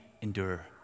endure